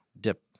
dip